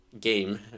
game